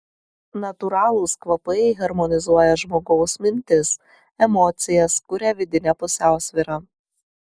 natūralūs kvapai harmonizuoja žmogaus mintis emocijas kuria vidinę pusiausvyrą